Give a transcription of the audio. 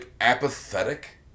apathetic